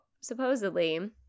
supposedly